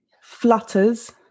flutters